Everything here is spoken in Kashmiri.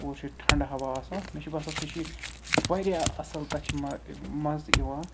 تور چھِ ٹھنٛڈٕ ہوا آسان مےٚ چھُ باسان سُہ چھُ واریاہ اَصٕل تَتھ چھِ مَزٕ یِوان